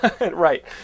Right